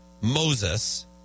Moses